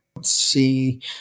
see